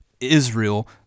Israel